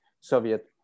Soviet